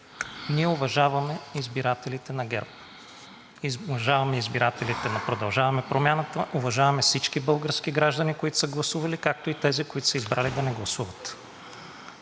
уважаваме избирателите на „Продължаваме Промяната“, уважаваме всички български граждани, които са гласували, както и тези, които са избрали да не гласуват.